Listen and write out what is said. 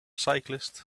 cyclists